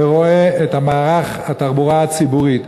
ורואה את מערך התחבורה הציבורית,